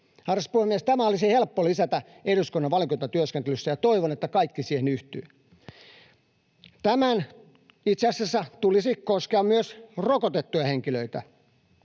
Arvoisa puhemies, tämä olisi helppo lisätä eduskunnan valiokuntatyöskentelyssä, ja toivon, että kaikki siihen yhtyvät. Tämän itse asiassa tulisi koskea myös rokotettuja henkilöitä,